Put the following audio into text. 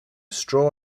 straw